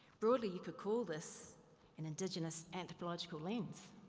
broadly you could call this an indigenous anthropological line.